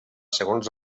segons